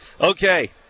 Okay